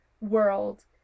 world